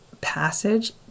passage